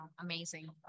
Amazing